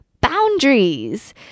boundaries